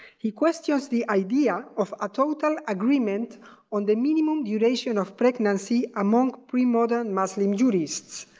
he questions the ideal of a total agreement on the minimum duration of pregnancy among pre-modern muslim jurists.